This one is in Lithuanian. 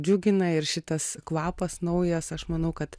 džiugina ir šitas kvapas naujas aš manau kad